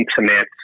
Internet